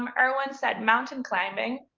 um irwin said mountain climbing.